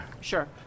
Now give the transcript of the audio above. Sure